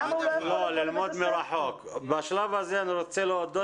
למה הוא לא יכול להגיע לבית הספר?